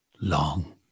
long